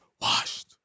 Washed